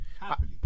happily